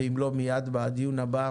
ואם לא אז מיד בדיון הבא